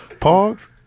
Pogs